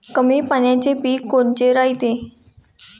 कमी पाण्याचे पीक कोनचे रायते?